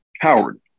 Howard